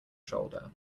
shoulder